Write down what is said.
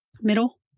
Middle